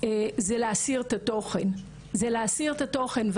לעשות את זה מיידי ומהיר יותר,